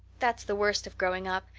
that's the worst of growing up,